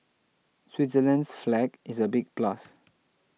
Switzerland's flag is a big plus